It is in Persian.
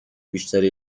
بیشتری